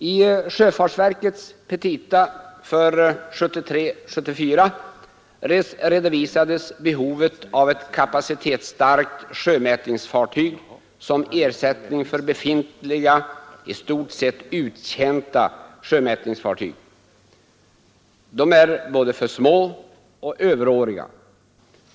I sjöfartsverkets petita för 1973/74 redovisades behovet av ett kapacitetsstarkt sjömätningsfartyg som ersättning för befintliga i stort sett uttjänta sjömätningsfartyg — de är både för små och överåriga.